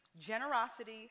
generosity